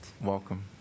Welcome